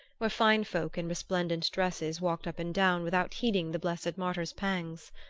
where fine folk in resplendent dresses walked up and down without heeding the blessed martyr's pangs.